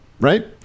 right